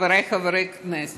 חבריי חברי הכנסת,